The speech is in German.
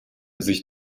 sich